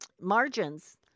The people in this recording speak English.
margins